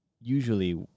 usually